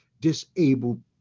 disabled